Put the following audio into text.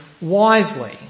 wisely